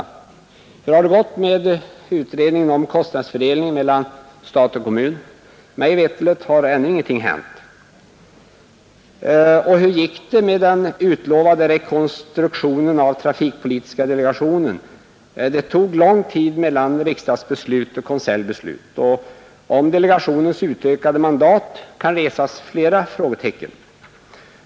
Hur har det gått med utredningen om kostnadsfördelningen mellan stat och kommun? Mig veterligen har ännu ingenting hänt. Och hur gick det med den utlovade rekonstruktionen av trafikpolitiska delegationen? Det gick lång tid mellan riksdagsbeslut och konseljbeslut och beträffande delegationens utökade mandat kan resas flera frågetecken.